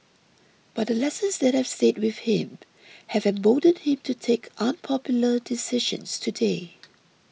but the lessons that have stayed with him have emboldened him to take unpopular decisions today